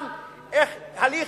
הליך,